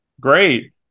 Great